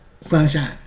sunshine